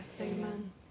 Amen